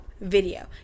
video